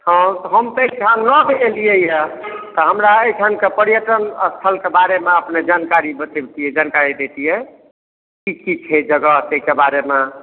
हँ हम तऽ एहिठाम नव एलियै यऽ तऽ हमरा एहिठामक पर्यटन स्थलके बारेमे अपने जानकारी बतेबतियै जानकारी देतियै कि की छै जगह ताहिके बारेमे